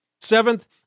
Seventh